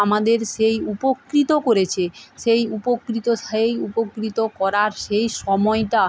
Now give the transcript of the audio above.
আমাদের সেই উপকৃত করেছে সেই উপকৃত সেই উপকৃত করার সেই সময়টা